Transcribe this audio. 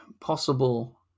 possible